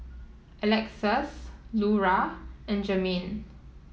Alexus Lura and Jermaine